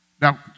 Now